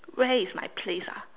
where is my place ah